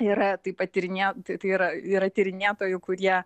yra tai patyrinėjo tai tai yra yra tyrinėtojų kurie